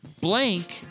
blank